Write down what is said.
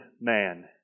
man